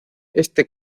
este